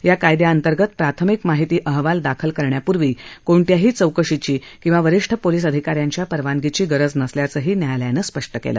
या कायद्याअंतर्गत प्राथमिक माहिती अहवाल दाखल करण्यापूर्वी कोणत्याही चौकशीची किंवा वरीष्ठ पोलीस अधिकाऱ्यांच्या परवानगीची गरज नसल्याचंही न्यायालयानं स्पष्ट केलं